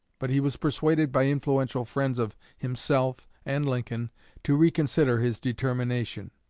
but he was persuaded by influential friends of himself and lincoln to reconsider his determination.